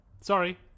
Sorry